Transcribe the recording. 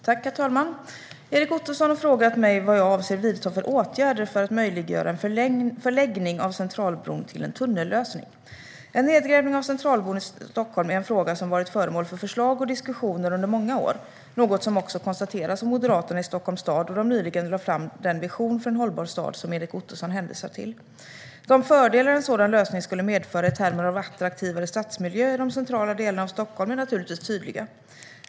Herr talman! Erik Ottoson har frågat mig vad jag avser att vidta för åtgärder för att möjliggöra en förläggning av Centralbron till en tunnellösning. En nedgrävning av Centralbron i Stockholm är en fråga som varit föremål för förslag och diskussioner under många år, något som också konstateras av Moderaterna i Stockholms stad då de nyligen lade fram den vision för en hållbar stad som Erik Ottoson hänvisar till. De fördelar en sådan lösning skulle medföra i termer av en attraktivare stadsmiljö i de centrala delarna av Stockholm är naturligtvis tydliga.